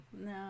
No